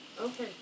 Okay